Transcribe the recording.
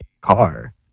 car